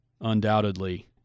undoubtedly